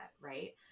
right